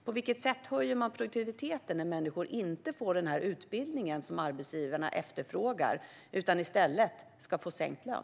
På vilket sätt höjer man produktiviteten när människor inte får den utbildning som arbetsgivarna efterfrågar utan i stället ska få sänkt lön?